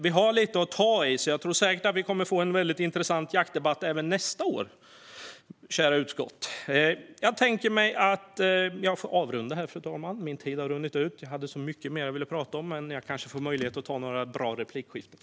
Vi har lite att ta tag i, så jag tror säkert att vi kommer att få en väldigt intressant jaktdebatt även nästa år, kära utskott! Jag får avrunda här, fru talman - min tid har runnit ut. Jag hade så mycket mer som jag ville tala om, men jag kanske får möjlighet till några bra replikskiften.